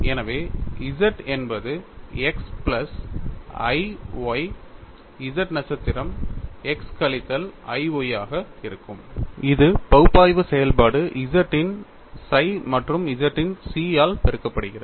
எனவே z என்பது x plus I y z நட்சத்திரம் x கழித்தல் i y ஆக இருக்கும் இது பகுப்பாய்வு செயல்பாடு z இன் psi மற்றும் z இன் chi ஆல் பெருக்கப்படுகிறது